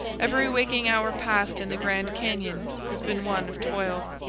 every waking hour passed in the grand canyon has been one of toil.